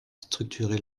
structuré